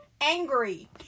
Angry